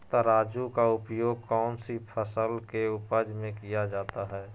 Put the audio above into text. तराजू का उपयोग कौन सी फसल के उपज में किया जाता है?